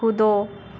कूदो